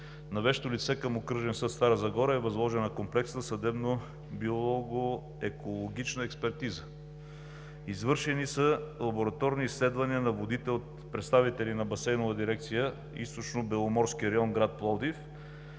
На вещо лице към окръжен съд – Стара Загора, е възложена комплексна биолого-екологична експертиза. Извършени са лабораторни изследвания на водите от представители на Басейнова дирекция, „Източнобеломорски район“ – Пловдив,